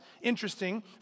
Interesting